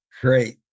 Great